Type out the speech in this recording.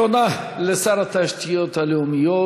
תודה לשר התשתיות הלאומיות,